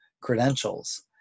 credentials